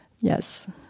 Yes